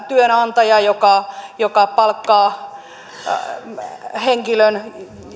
työnantaja yrittäjä joka palkkaa henkilön